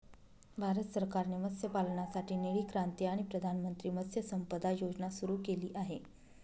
भारत सरकारने मत्स्यपालनासाठी निळी क्रांती आणि प्रधानमंत्री मत्स्य संपदा योजना सुरू केली आहे